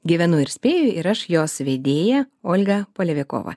gyvenu ir spėju ir aš jos vedėja olga palevikova